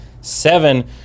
seven